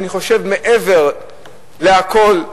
אני חושב שמעבר לכול,